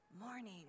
morning